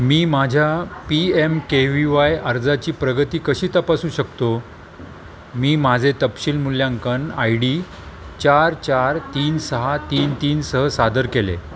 मी माझ्या P M K V Y अर्जाची प्रगती कशी तपासू शकतो मी माझे तपशील मूल्यांकन आय डी चार चार तीन सहा तीन तीनसह सादर केले